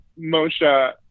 Moshe